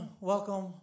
Welcome